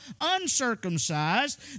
uncircumcised